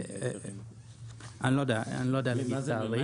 אני לא יודע לומר תאריך.